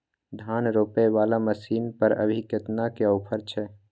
धान रोपय वाला मसीन पर अभी केतना के ऑफर छै?